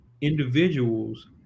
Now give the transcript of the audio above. individuals